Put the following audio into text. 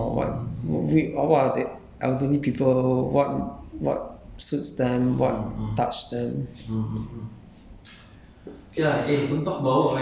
know the new stuff ah what what the youngsters like or what w~ what are the elderly people what what suits them what touch them